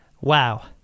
Wow